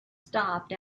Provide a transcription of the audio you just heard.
stopped